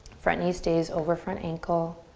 front knee stays over front ankle.